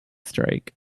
strike